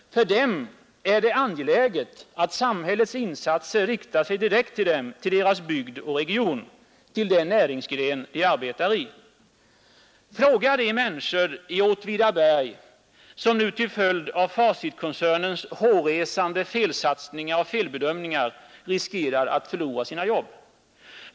För dem är det angeläget att samhällets insatser riktar sig direkt till dem, till deras bygd och region, till den näringsgren de arbetar i. Fråga de människor i Åtvidaberg som nu till följd av Facitkoncernens hårresande felsatsningar och felbedömningar riskerar att förlora sina jobb!